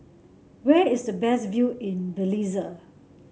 where is the best view in Belize